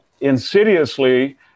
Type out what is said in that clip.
insidiously